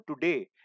today